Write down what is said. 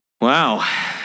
Wow